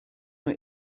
nhw